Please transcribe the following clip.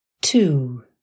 two